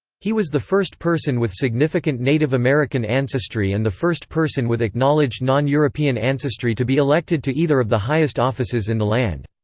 he was the first person with significant native american ancestry and the first person with acknowledged non-european ancestry to be elected to either of the highest offices in the land.